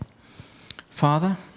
Father